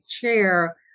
chair